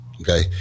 okay